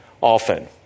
often